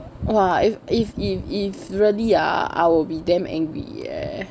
!wah! if if if really ah I will be damn angry eh